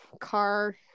car